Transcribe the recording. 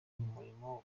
murimo